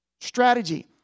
strategy